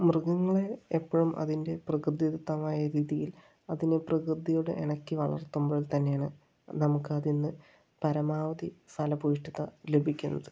മൃഗങ്ങളെ എപ്പോഴും അതിൻ്റെ പ്രകൃതി ദത്തമായ രീതിയിൽ അതിനെ പ്രകൃതിയോട് ഇണക്കി വളർത്തുമ്പോൾ തന്നെയാണ് നമുക്കതിൽ നിന്ന് പരമാവധി ഫലഭൂയിഷ്ഠിത ലഭിക്കുന്നത്